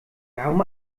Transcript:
warum